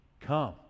come